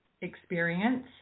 experience